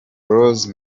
rose